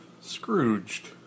Scrooged